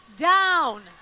down